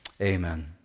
amen